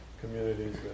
communities